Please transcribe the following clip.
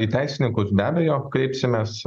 į teisininkus be abejo kreipsimės